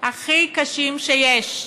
הכי קשים שיש,